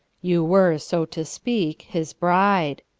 you were, so to speak, his bride.